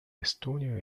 estonia